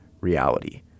reality